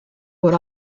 what